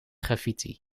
graffiti